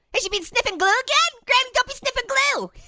has she been sniffing glue again? granny, don't be sniffing glue!